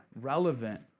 relevant